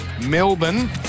Melbourne